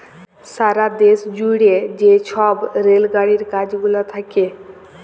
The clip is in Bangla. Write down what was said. সারা দ্যাশ জুইড়ে যে ছব রেল গাড়ির কাজ গুলা থ্যাকে